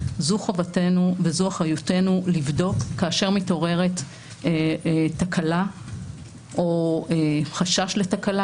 זו חובתנו וזו אחריותנו לבדוק כאשר מתעוררת תקלה או חשש לתקלה.